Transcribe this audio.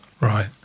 Right